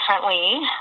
differently